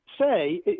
say –